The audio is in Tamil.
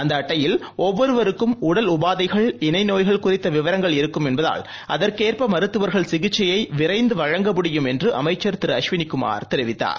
அந்தஅட்டையில் ஒவ்வொருவருக்கும் உடல் உபாதைகள் இணைநோய்கள் குறித்தவிவரங்கள் இருக்கும் என்பதால் அதற்கேற்பமருத்துவர்கள் சிகிச்சையைவிரைந்துவழங்க முடியும் என்றுஅமைச்சர் திரு அஸ்வினிகுமார் தெரிவித்தார்